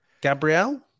Gabrielle